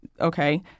Okay